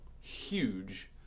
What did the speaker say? huge